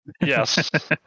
yes